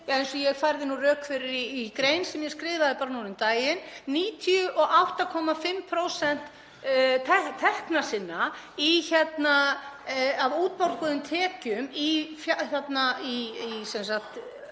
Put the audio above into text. eins og ég færði rök fyrir í grein sem ég skrifaði bara núna um daginn, 98,5% tekna sinna, af útborguðum tekjum í kostnað